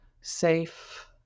safe